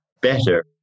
better